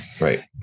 Right